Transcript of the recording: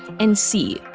and c,